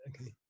okay